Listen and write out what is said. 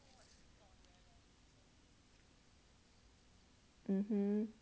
(uh huh)